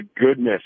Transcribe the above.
goodness